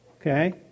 Okay